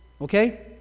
okay